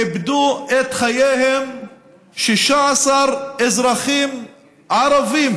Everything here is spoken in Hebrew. איבדו את חייהם 16 אזרחים ערבים.